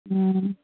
ꯎꯝ